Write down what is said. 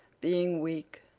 being weak,